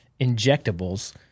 injectables